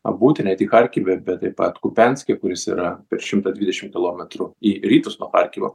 pabūti ne tik charkive bet taip pat kupianske kuris yra per šimtą dvidešim kilometrų į rytus nuo charkivo